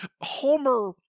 homer